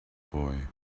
boy